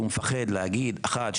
כי הוא מפחד להגיד אחת,